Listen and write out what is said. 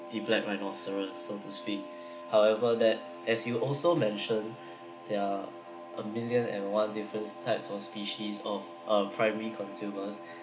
the black rhinoceros so to speak however that as you also mentioned there are a million and one difference types of species of uh primary consumers